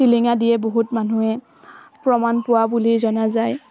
টিলিঙা দিয়ে বহুত মানুহে প্ৰমাণ পোৱা বুলি জনা যায়